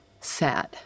sad